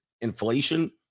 inflation